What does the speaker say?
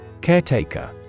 Caretaker